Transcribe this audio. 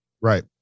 Right